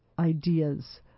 ideas